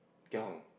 Keat-Hong